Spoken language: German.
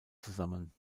zusammen